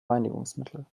reinigungsmittel